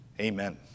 Amen